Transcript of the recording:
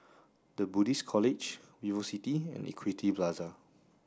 the Buddhist College VivoCity and Equity Plaza